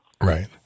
Right